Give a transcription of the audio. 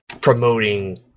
promoting